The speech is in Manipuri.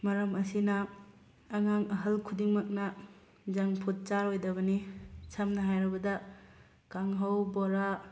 ꯃꯔꯝ ꯑꯁꯤꯅ ꯑꯉꯥꯡ ꯑꯍꯜ ꯈꯨꯗꯤꯡꯃꯛꯅ ꯖꯪ ꯐꯨꯠ ꯆꯥꯔꯣꯏꯗꯕꯅꯤ ꯁꯝꯅ ꯍꯥꯏꯔꯕꯗ ꯀꯥꯡꯍꯧ ꯕꯣꯔꯥ